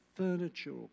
Furniture